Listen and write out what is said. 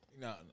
No